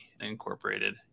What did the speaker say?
Incorporated